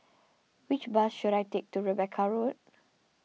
which bus should I take to Rebecca Road